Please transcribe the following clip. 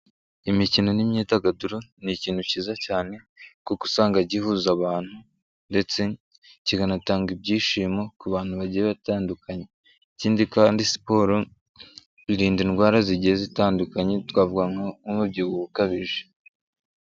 Imikino n'imyidagaduro ni ikintu kiza cyane kuko usanga gihuza abantu, ndetse kikanatanga ibyishimo ku bantu bagiye batandukanye, ikindi kandi siporo irinda indwara zigiye zitandukanye twavuga nk'umubyibuho ukabije.